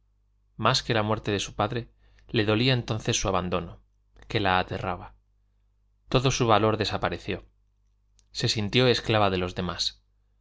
más que la muerte de su padre le dolía entonces su abandono que la aterraba todo su valor desapareció se sintió esclava de los demás